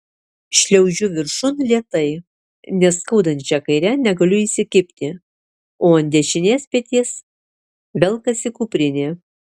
šliaužiu viršun lėtai nes skaudančia kaire negaliu įsikibti o ant dešinės peties velkasi kuprinė